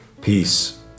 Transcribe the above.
Peace